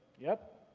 yep.